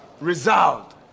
resolved